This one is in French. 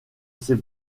ses